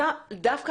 אתה דווקא,